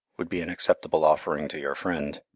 would be an acceptable offering to your friend.